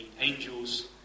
angels